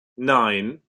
nein